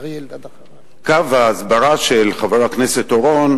קו ההסברה של חבר הכנסת אורון,